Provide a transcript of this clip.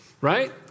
right